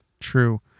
True